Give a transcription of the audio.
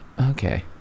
Okay